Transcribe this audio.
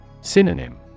Synonym